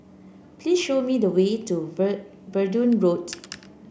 please show me the way to Verdun Road